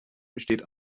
besteht